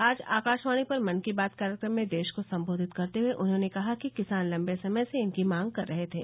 आज आकाशवाणी पर मन की बात कार्यक्रम में देश को संबोधित करते हुए उन्होंने कहा कि किसान लंबे समय से इनकी मांग कर रहे थे